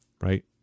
Right